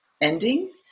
ending